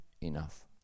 enough